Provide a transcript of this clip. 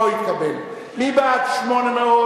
מי בעד 400?